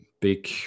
big